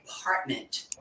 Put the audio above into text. apartment